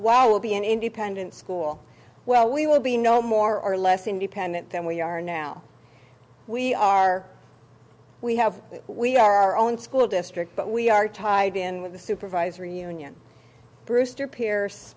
while will be an independent school well we will be no more or less independent than we are now we are we have we are our own school district but we are tied in with the supervisory union brewster pierce